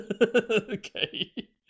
okay